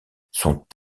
sont